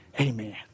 Amen